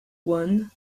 one